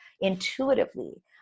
intuitively